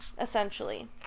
essentially